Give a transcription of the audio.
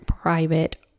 private